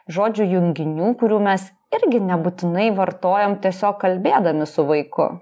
žodžių junginių kurių mes irgi nebūtinai vartojam tiesiog kalbėdami su vaiku